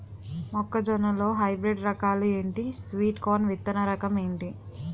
మొక్క జొన్న లో హైబ్రిడ్ రకాలు ఎంటి? స్వీట్ కార్న్ విత్తన రకం ఏంటి?